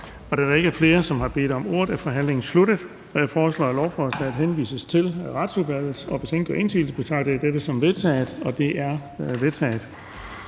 Da der ikke er flere, som har bedt om ordet, er forhandlingen sluttet. Jeg foreslår, at lovforslaget henvises til Retsudvalget. Hvis ingen gør indsigelse, betragter jeg dette som vedtaget. Det er vedtaget.